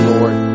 Lord